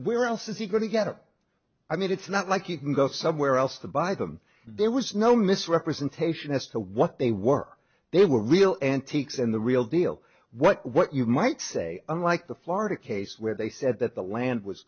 where else is he going to get it i mean it's not like you can go somewhere else the buy them there was no misrepresentation as to what they were they were real antiques in the real deal what you might say unlike the florida case where they said that the land was